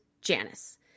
Janice